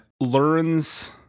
learns